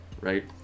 right